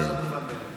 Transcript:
זה בכלל לא מובן מאליו.